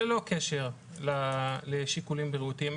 ללא קשר לשיקולים בריאותיים,